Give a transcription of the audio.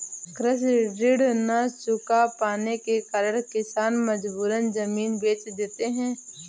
कृषि ऋण न चुका पाने के कारण किसान मजबूरन जमीन बेच देते हैं